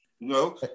No